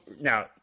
now